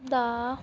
ਦਾ